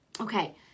Okay